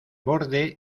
borde